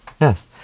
yes